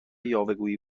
یاوهگویی